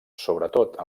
sobretot